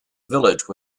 village